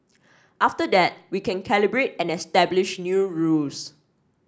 after that we can calibrate and establish new rules